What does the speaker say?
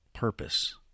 purpose